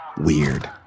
Weird